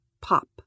pop